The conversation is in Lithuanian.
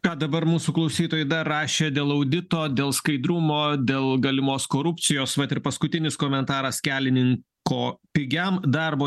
ką dabar mūsų klausytojai dar rašė dėl audito dėl skaidrumo dėl galimos korupcijos vat ir paskutinis komentaras kelininko pigiam darbo